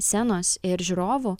scenos ir žiūrovų